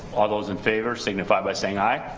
all those in favor signify by saying i.